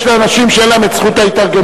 יש אנשים שאין להם זכות ההתארגנות,